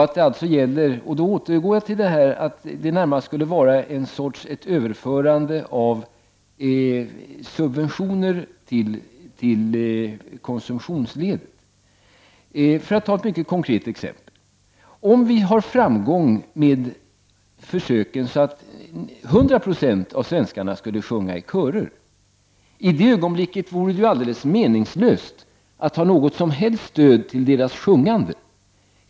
Jag återgår då till tanken att det närmast skulle vara fråga om ett överförande av subventioner till konsumtionsledet. Låt mig ta ett mycket konkret exempel. Om vi har framgång med försöken att få 100 Jo av svenskarna att sjunga i körer, vore det alldeles meningslöst att ha något som helst stöd till deras sjungande.